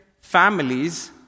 families